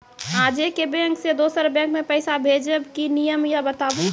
आजे के बैंक से दोसर बैंक मे पैसा भेज ब की नियम या बताबू?